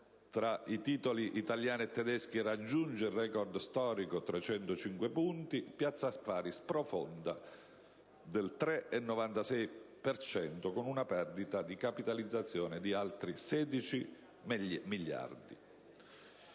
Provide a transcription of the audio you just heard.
tra i titoli italiani e tedeschi raggiunge il record storico di 305 punti e Piazza affari sprofonda del 3,96 per cento, con una perdita di capitalizzazione di altri 16 miliardi.